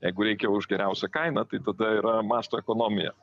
jeigu reikia už geriausią kainą tai tada yra masto ekonomija